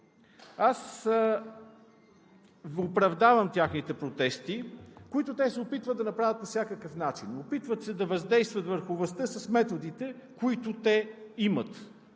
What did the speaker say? Аз оправдавам техните протести, които те се опитват да направят по всякакъв начин. Опитват се да въздействат върху властта с методите, които те имат.